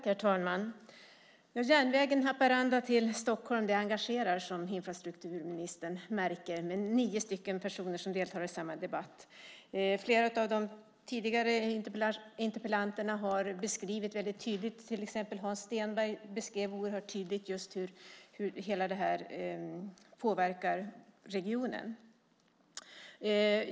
Herr talman! Järnvägen från Haparanda till Stockholm engagerar, som infrastrukturministern märker. Vi är nio personer som deltar i samma debatt. Flera av interpellanterna har beskrivit oerhört tydligt, till exempel Hans Stenberg, hur den påverkar hela regionen.